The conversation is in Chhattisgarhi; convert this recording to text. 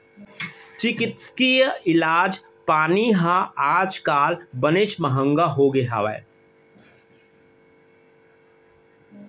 चिकित्सकीय इलाज पानी ह आज काल बनेच महँगा होगे हवय